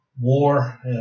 War